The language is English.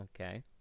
Okay